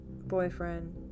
boyfriend